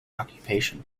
occupation